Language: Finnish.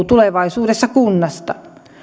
tulevaisuudessa kunnasta